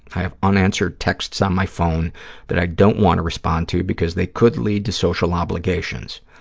i have unanswered texts on my phone that i don't want to respond to because they could lead to social obligations.